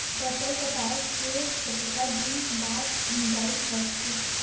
फसल कटाई के कतका दिन बाद मिजाई करथे?